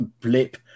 blip